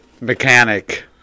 mechanic